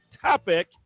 topic